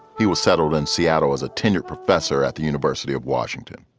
he was settled in seattle, was a tenured professor at the university of washington.